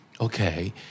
Okay